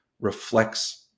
reflects